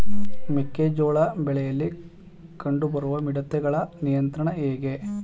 ಮೆಕ್ಕೆ ಜೋಳ ಬೆಳೆಯಲ್ಲಿ ಕಂಡು ಬರುವ ಮಿಡತೆಗಳ ನಿಯಂತ್ರಣ ಹೇಗೆ?